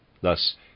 Thus